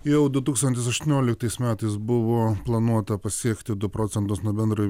jau du tūkstantis aštuonioliktais metais buvo planuota pasiekti du procentus nuo bendro